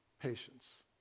patience